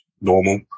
normal